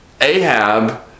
ahab